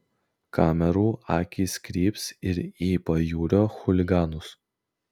kamerų akys kryps ir į pajūrio chuliganus